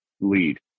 lead